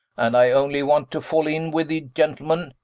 and i only want to fall in with the gentleman,